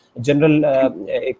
General